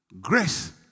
Grace